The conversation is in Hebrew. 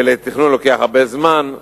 ולתכנון לוקח הרבה זמן.